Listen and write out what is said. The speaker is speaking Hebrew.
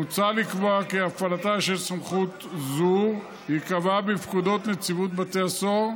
מוצע לקבוע כי הפעלתה של סמכות זו תיקבע בפקודות נציבות בתי הסוהר,